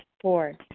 Four